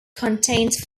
contains